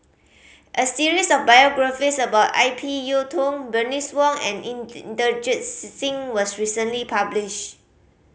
a series of biographies about I P Yiu Tung Bernice Wong and Inderjit Singh was recently published